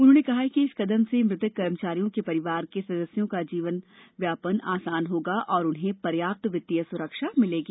उन्होंने कहा कि इस कदम से मृतक कर्मचारियों के परिवार के सदस्यों का जीवन यापन आसान होगा और उन्हें पर्याप्त वित्तीय सुरक्षा मिलेगी